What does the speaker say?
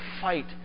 fight